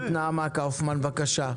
החקלאות, נעמה קאופמן, בבקשה.